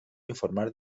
informar